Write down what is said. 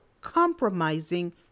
compromising